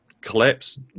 collapse